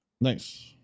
Nice